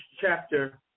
chapter